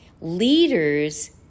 Leaders